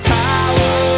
power